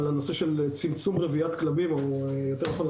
על הנושא של צמצום רביית כלבים או יותר נכון,